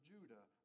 Judah